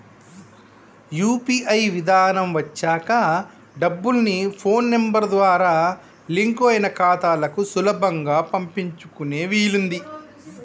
UPI విధానం వచ్చాక డబ్బుల్ని ఫోన్ నెంబర్ ద్వారా లింక్ అయిన ఖాతాలకు సులభంగా పంపించుకునే వీలుంది